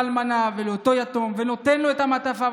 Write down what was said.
אלמנה ולאותו יתום ונותן להם את המעטפה.